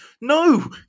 no